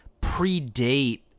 predate